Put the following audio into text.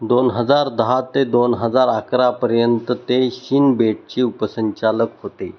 दोन हजार दहा ते दोन हजार अकरापर्यंत ते शिन बेटचे उपसंचालक होते